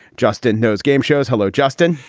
justin, those game shows. hello, justin.